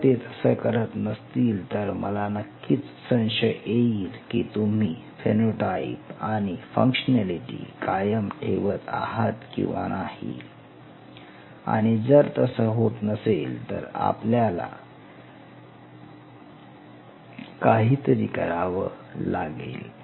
जर ते तसं करत नसतील तर मला नक्कीच संशय येईल की तुम्ही फेनोटाइप आणि फंक्शनॅलिटी कायम ठेवत आहात की नाही आणि जर तसं होत नसेल तर आपल्याला काहीतरी करावं लागेल